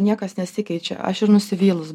niekas nesikeičia nusivylus